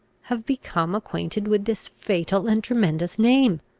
have become acquainted with this fatal and tremendous name.